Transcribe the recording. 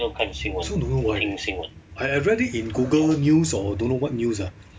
I also don't know why I I read it in google news or don't know what news ya